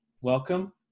Welcome